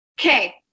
okay